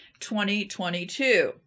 2022